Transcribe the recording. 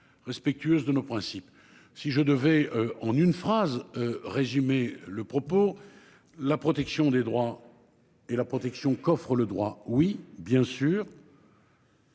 respectueuse de nos principes. Si je devais en une phrase résumé le propos. La protection des droits et la protection qu'offrent le droit oui bien sûr.--